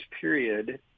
period